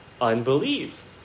unbelief